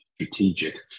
strategic